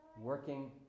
working